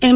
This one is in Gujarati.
એમ